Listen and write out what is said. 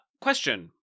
question